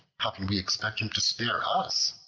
how can we expect him to spare us?